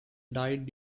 died